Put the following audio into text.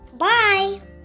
Bye